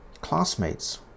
classmates